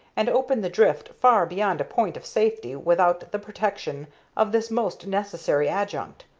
and open the drift far beyond a point of safety without the protection of this most necessary adjunct,